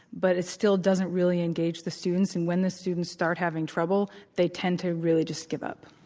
but it still doesn't really engage the students. and when the students start having trouble, they tend to really just give up.